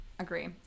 Agree